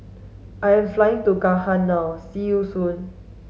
I'm flying to Ghana now see you soon